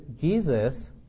Jesus